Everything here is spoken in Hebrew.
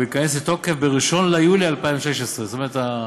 והוא ייכנס לתוקף ב-1 ביולי 2016. זאת אומרת,